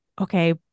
okay